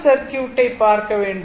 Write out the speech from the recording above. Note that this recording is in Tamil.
சர்க்யூட்டை பார்க்க வேண்டும்